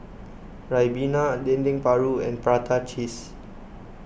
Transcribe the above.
Ribena Dendeng Paru and Prata Cheese